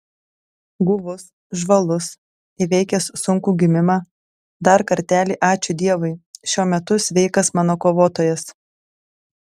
guvus žvalus įveikęs sunkų gimimą dar kartelį ačiū dievui šiuo metu sveikas mano kovotojas